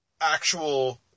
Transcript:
actual